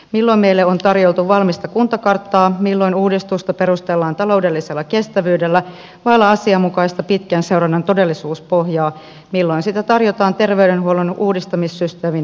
milloin meille on tarjoiltu valmista kuntakarttaa milloin uudistusta perustellaan taloudellisella kestävyydellä vailla asianmukaista pitkän seurannan todellisuuspohjaa milloin sitä tarjotaan terveydenhuollon uudistamissysteemin varjolla